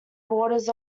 borders